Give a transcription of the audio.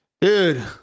Dude